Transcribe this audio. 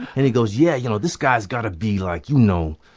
and he goes, yeah, you know, this guy's got to be like, you know,